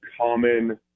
common